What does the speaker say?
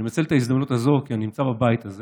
אני מנצל את ההזדמנות הזאת, כי אני נמצא בבית הזה